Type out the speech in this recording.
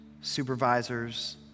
supervisors